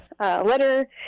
letter